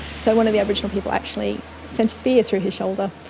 so one of the aboriginal people actually sent a spear through his shoulder,